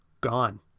Gone